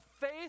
faith